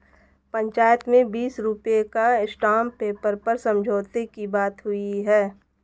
पंचायत में बीस रुपए का स्टांप पेपर पर समझौते की बात हुई है